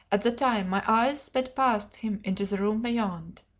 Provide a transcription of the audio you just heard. at the time, my eyes sped past him into the room beyond.